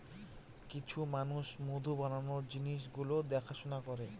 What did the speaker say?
কিছু মানুষ মধু বানানোর জিনিস গুলো দেখাশোনা করে